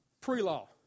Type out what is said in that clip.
pre-law